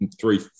three